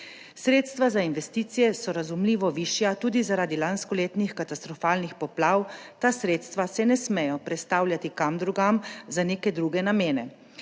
sredstva za investicije so razumljivo višja, tudi zaradi lanskoletnih katastrofalnih poplav. Ta sredstva se ne smejo prestavljati kam drugam, za neke druge namene.